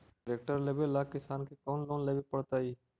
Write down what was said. Tractor लेवेला किसान के कौन लोन लेवे पड़तई?